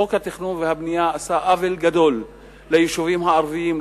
חוק התכנון והבנייה עשה עוול גדול ליישובים הערביים,